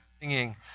singing